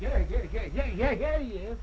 yeah yeah yeah yeah yeah